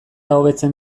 hobetzen